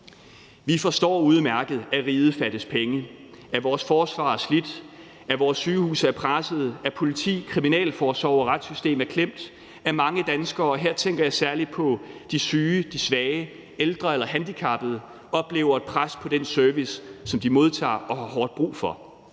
Vi forstår udmærket, at riget fattes penge, at vores forsvar er slidt, at vores sygehuse er pressede, at politiet, kriminalforsorgen og retssystemet er klemt, og at mange danskere – og her tænker jeg særlig på de syge, de svage, de ældre eller handicappede – oplever et pres på den service, som de modtager og har hårdt brug for.